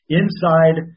inside